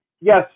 yes